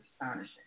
astonishing